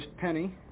Penny